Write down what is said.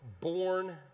born